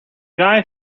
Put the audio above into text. guy